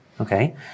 Okay